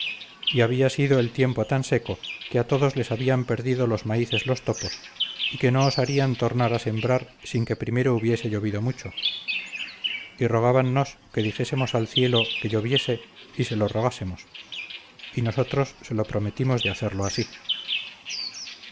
y había sido el tiempo tan seco que a todos les habían perdido los maíces los topos y que no osarían tornar a sembrar sin que primero hubiese llovido mucho y rogábannos que dijésemos al cielo que lloviese y se lo rogásemos y nosotros se lo prometimos de hacerlo así